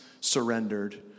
surrendered